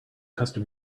custom